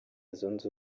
zunze